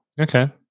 okay